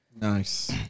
Nice